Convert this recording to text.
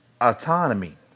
autonomy